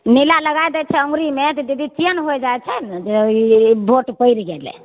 नीला लगाइ दै छै अँगुरीमे तऽ दीदी चेन्ह होइ जाइ छै नहि जे ई वोट पड़ि गेलय